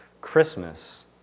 Christmas